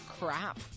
crap